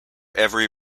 every